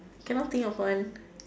cannot think of one